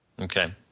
Okay